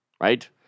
right